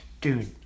Dude